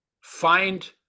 find